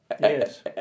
Yes